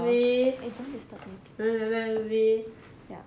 eh don't disturb it ya